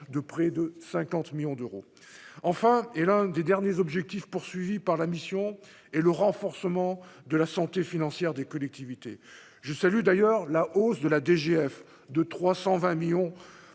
de près de 50 millions d'euros, enfin, et l'un des derniers objectifs poursuivis par la mission et le renforcement de la santé financière des collectivités je salue d'ailleurs la hausse de la DGF de 320 millions